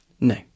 No